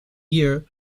years